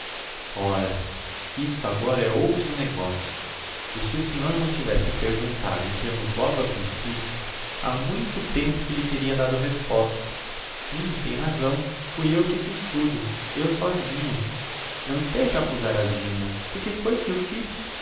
ora isso agora é outro negocio e se o senhor m'o tivesse perguntado em termos logo ao principio ha muito tempo que lhe teria dado resposta sim tem razão fui eu que fiz tudo eu sósinha não esteja a accusar a zina por que foi que o fiz